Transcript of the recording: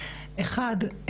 אחד,